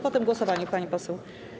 Po tym głosowaniu, pani poseł.